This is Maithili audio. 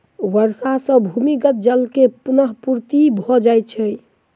वर्षा सॅ भूमिगत जल के पुनःपूर्ति भ जाइत अछि